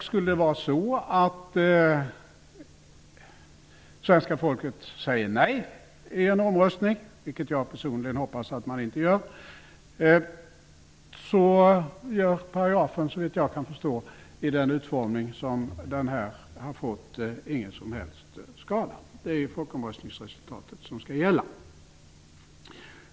Skulle svenska folket säga nej i en omröstning, vilket jag personligen hoppas att man inte gör, gör paragrafen såvitt jag kan förstå i den utformning som den här har fått ingen som helst skada. Det är ju folkomröstningsresultatet som skall gälla.